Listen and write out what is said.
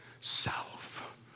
self